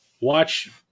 watch